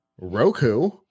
Roku